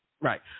Right